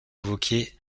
évoquée